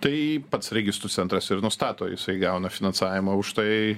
tai pats registrų centras ir nustato jisai gauna finansavimą už tai